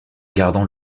gardant